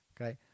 Okay